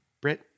Brit